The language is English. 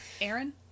Aaron